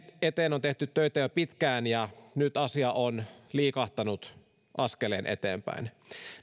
eteen on tehty töitä jo pitkään ja nyt asia on liikahtanut askeleen eteenpäin